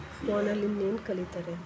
ಫೋನಲ್ಲಿ ಇನ್ನೇನು ಕಲಿತಾರೆ